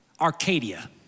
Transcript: Arcadia